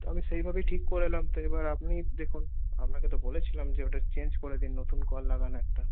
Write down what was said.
তো আমি সেইভাবেই ঠিক করলাম তো এবার আপনিই দেখুন আপনাকে তো বলেছিলাম যে ওটা চেঞ্জ করে দিন নতুন কল লাগান একটা